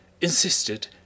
insisted